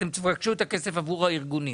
אתם תבקשו את הכסף עבור הארגונים